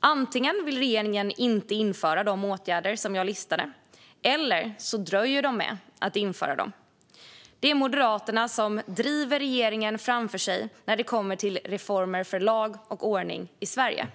Antingen vill regeringen inte införa de åtgärder som jag listade, eller så dröjer man med att införa dem. Det är Moderaterna som driver regeringen framför sig när det gäller reformer för lag och ordning i Sverige.